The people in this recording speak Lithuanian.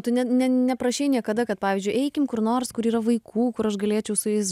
tu net ne neprašei niekada kad pavyzdžiui eikim kur nors kur yra vaikų kur aš galėčiau su jais